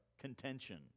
contention